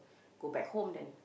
go back home then